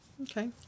Okay